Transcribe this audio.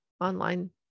online